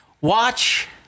watch